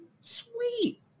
Sweet